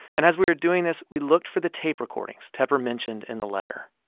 and as we were doing this, we looked for the tape recordings tepper mentioned in the letter